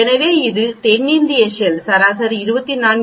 எனவே இது தென்னிந்திய ஷெல் சராசரி 24